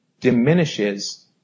diminishes